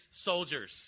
soldiers